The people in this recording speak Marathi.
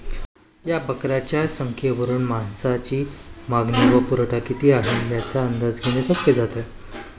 या बकऱ्यांच्या संख्येवरून मांसाची मागणी व पुरवठा किती आहे, याचा अंदाज घेणे सोपे जाते